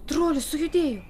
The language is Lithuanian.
trolis sujudėjo